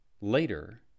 later